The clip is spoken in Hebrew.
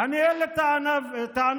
ידענו שהיא תהיה החלופה,